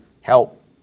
help